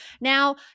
Now